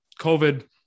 COVID